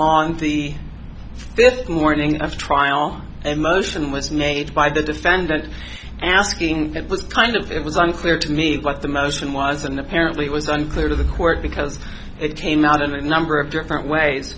on the fifth morning i've trial a motion was made by the defendant asking it was kind of it was unclear to me what the motion was an apparently it was unclear to the court because it came out of a number of different ways